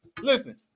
Listen